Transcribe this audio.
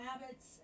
habits